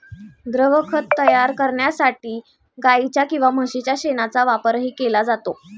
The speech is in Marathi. द्रवखत तयार करण्यासाठी गाईच्या किंवा म्हशीच्या शेणाचा वापरही केला जातो